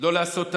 לא לעשות טעויות.